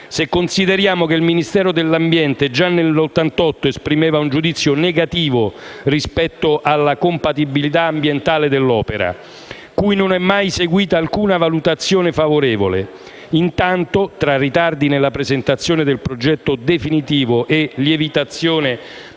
se consideriamo che il Ministero dell'ambiente già nel 1988 esprimeva un giudizio negativo rispetto alla compatibilità ambientale dell'opera, cui non è mai seguita alcuna ulteriore valutazione favorevole. Intanto, tra ritardi nella presentazione del progetto definitivo e lievitazione